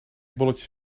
bolletjes